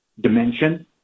dimension